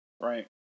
right